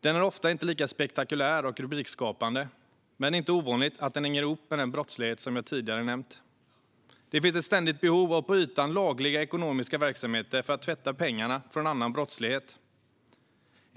Den är ofta inte lika spektakulär och rubrikskapande, men det är inte ovanligt att den hänger ihop med den brottslighet som jag tidigare nämnt. Det finns ett ständigt behov av på ytan lagliga ekonomiska verksamheter för att tvätta pengarna från annan brottslighet.